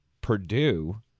purdue